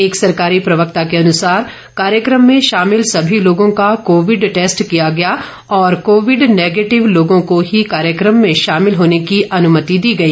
एक सरकारी प्रवक्ता से अनुसार कार्यक्रम में शामिल सभी लोगों का कोविड टैस्ट किया गया और कोविड नेगेटिव लोगों को ही कार्यकम में शामिल होने की अनुमति दी गई